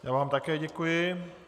Já vám také děkuji.